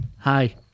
Hi